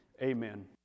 Amen